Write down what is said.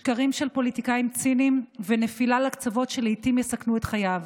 שקרים של פוליטיקאים ציניים ונפילה לקצוות שלעיתים יסכנו את חייו.